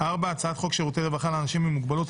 4.הצעת חוק שירותי רווחה לאנשים עם מוגבלות,